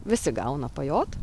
visi gauna pajot